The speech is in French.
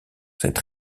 cette